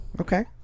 Okay